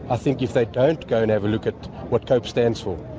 i think if they don't go and have a look at what cope stands for,